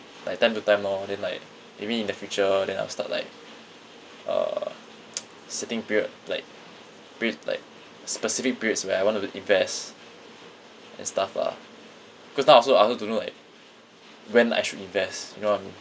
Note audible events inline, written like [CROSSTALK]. like time to time lor then like maybe in the future then I'll start like uh [NOISE] sitting period like per~ like specific periods where I want to invest and stuff lah cause now also I also don't know like when I should invest you know what I mean